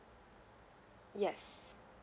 yes